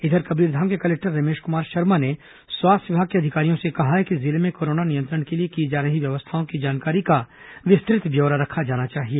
इधर कबीरधाम के कलेक्टर रमेश कुमार शर्मा ने स्वास्थ्य विभाग से अधिकारियों से कहा है कि जिले में कोरोना नियंत्रण के लिए की जा रही व्यवस्थाओं की जानकारी का विस्तृत ब्यौरा रखा जाए